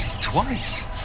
twice